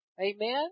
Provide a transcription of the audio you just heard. Amen